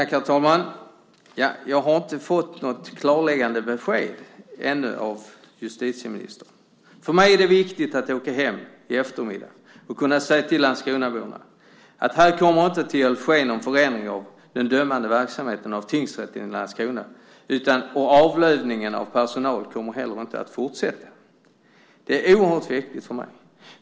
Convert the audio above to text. Herr talman! Jag har ännu inte fått något klarläggande besked av justitieministern. För mig är det viktigt när jag åker hem i eftermiddag att kunna säga till Landskronaborna: Här kommer inte att ske någon förändring av den dömande verksamheten i tingsrätten i Landskrona, och avlövningen av personal kommer heller inte att fortsätta. Det är oerhört viktigt för mig.